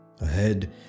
Ahead